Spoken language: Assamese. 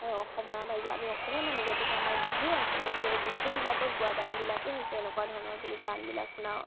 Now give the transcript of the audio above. অসমৰ মানে আমি অসমীয়া মানুহ গতিকে আমাৰ বিহু আছে গতিকে এই বিহুবিলাকত গোৱা গানবিলাকেই হৈছে এনেকুৱা ধৰণৰ বুলি গানবিলাক শুনাওঁ